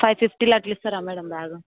five ఫిఫ్టీలో అట్లా ఇస్తారా మ్యాడమ్ బ్యాగు